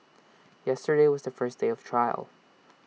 yesterday was the first day of trial